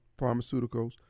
pharmaceuticals